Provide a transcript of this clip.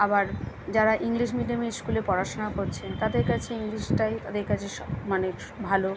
আবার যারা ইংলিশ মিডিয়ামে স্কুলে পড়াশোনা করছে তাদের কাছে ইংলিশটাই তাদের কাছে সব মানে ভালো